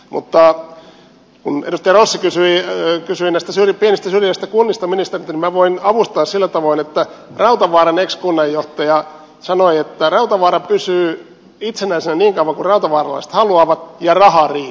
kun edustaja rossi kysyi näistä pienistä syrjäisistä kunnista ministeriltä minä voin avustaa sillä tavoin että rautavaaran ex kunnanjohtaja sanoi että rautavaara pysyy itsenäisenä niin kauan kuin rautavaaralaiset haluavat ja raha riittää